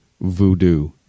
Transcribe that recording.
voodoo